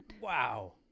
Wow